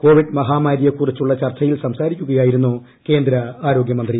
Covid മഹാമാരിയെ ക്കുറിച്ചുള്ള ചർച്ചയിൽ സംസാരിക്കുകയായിരുന്നു കേന്ദ്ര ആരോഗ്യമന്ത്രി